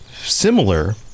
similar